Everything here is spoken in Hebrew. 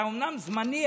אתה אומנם זמני,